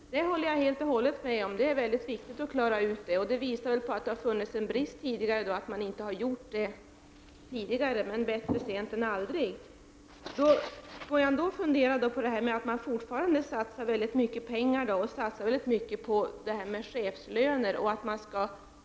Herr talman! Jag håller helt och hållet med om att det är mycket viktigt att klara ut distinktionerna. Att man inte har gjort det tidigare tyder på en brist, men bättre sent än aldrig. Jag funderar ändå över att man satsar mycket pengar på chefslöner.